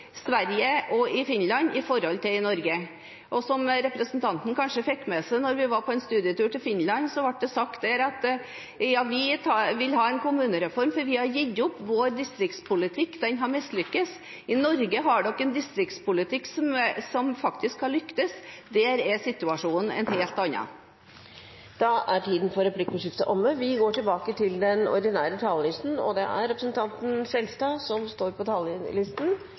Sverige og i Finland i forhold til i Norge. Representanten fikk kanskje med seg da vi var på en studietur til Finland, at det ble sagt der: Vi vil ha en kommunereform, for vi har gitt opp vår distriktspolitikk, den har mislyktes. I Norge har dere en distriktspolitikk som faktisk har lyktes, der er situasjonen en helt annen. Replikkordskiftet er omme. Et av de viktigste temaene vi har stått overfor denne høsten, er hvordan vi møter den